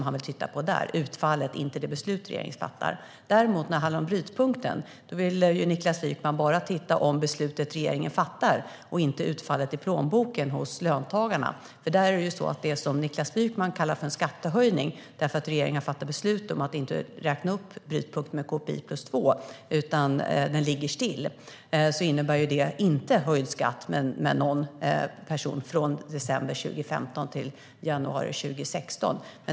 Han vill titta på utfallet, inte det beslut regeringen fattar. När det handlar om brytpunkten vill Niklas Wykman bara titta på beslutet regeringen fattar och inte på utfallet i plånboken hos löntagarna. Det som Niklas Wykman kallar en skattehöjning, därför att regeringen har fattat beslut om att inte räkna upp brytpunkten med KPI + 2 utan den ligger still, innebär inte en höjd skatt för en person från december 2015 till januari 2016.